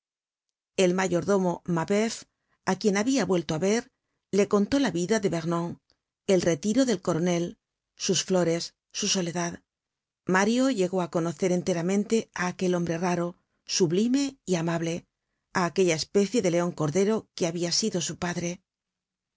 el mayordomo mabeuf á quien habia vuelto á ver le contó la vida de vernon el retiro del coronel sus flores su soledad mario llegó á conocer enteramente á aquel hombre raro sublime y amable á aquella especie de leon cordero que habia sido su padre